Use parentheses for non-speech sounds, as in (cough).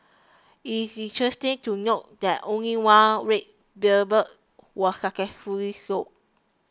it is interesting to note that only one red (unintelligible) was successfully sold